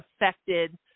affected